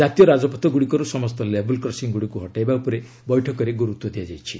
କାତୀୟ ରାଜପଥଗ୍ରଡ଼ିକର୍ ସମସ୍ତ ଲେବଲ୍ କ୍ରସିଂ ଗୁଡ଼ିକୁ ହଟାଇବା ଉପରେ ବୈଠକରେ ଗୁରୁତ୍ୱ ଦିଆଯାଇଛି